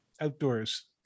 outdoors